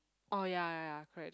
orh ya ya ya correct